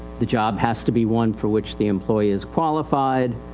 the job has to be one for which the employee is qualified.